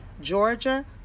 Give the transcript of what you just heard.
Georgia